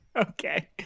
Okay